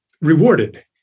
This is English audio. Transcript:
rewarded